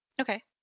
Okay